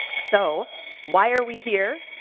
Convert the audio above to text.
so why are we here?